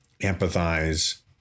empathize